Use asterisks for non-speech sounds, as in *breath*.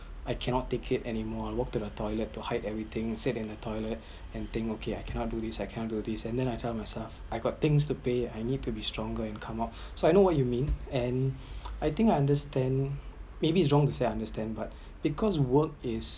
*breath* I cannot take it anymore I walked to the toilet to hide everything sit in the toilet *breath* and think okay I cannot do this I cannot do this and then I tell myself I got things to pay I need to be stronger and come out *breath* so I know what you meant and *breath* I think I understand maybe is wrong to say understand but *breath* because work is